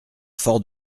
fort